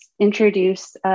introduce